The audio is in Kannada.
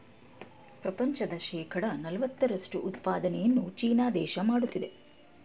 ಪ್ರಪಂಚದ ಶೇಕಡ ನಲವತ್ತರಷ್ಟು ಉತ್ಪಾದನೆಯನ್ನು ಚೀನಾ ದೇಶ ಮಾಡುತ್ತಿದೆ